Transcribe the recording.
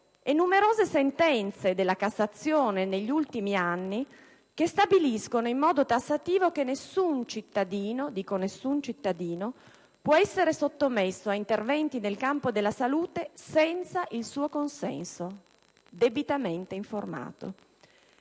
e numerose sentenze della Cassazione degli ultimi anni stabiliscono in modo tassativo che nessun cittadino - ripeto nessun cittadino - può essere sottomesso a interventi nel campo della salute senza il suo consenso (debitamente informato)